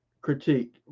critique